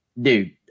dude